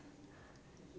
a buddy